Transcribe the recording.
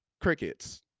crickets